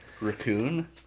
Raccoon